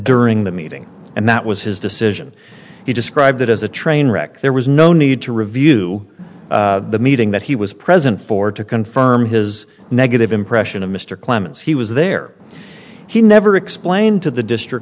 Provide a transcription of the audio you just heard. during the meeting and that was his decision he described it as a trainwreck there was no need to review the meeting that he was present for to confirm his negative impression of mr clements he was there he never explained to the district